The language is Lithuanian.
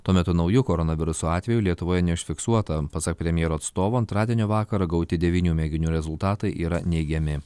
tuo metu naujų koronaviruso atvejų lietuvoje neužfiksuota pasak premjero atstovų antradienio vakarą gauti devynių mėginių rezultatai yra neigiami